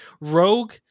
Rogue